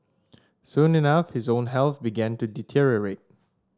soon enough his own health began to deteriorate